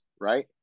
right